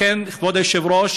כבוד היושב-ראש,